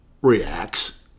reacts